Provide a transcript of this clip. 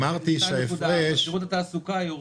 שירות התעסוקה יורד,